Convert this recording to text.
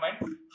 mind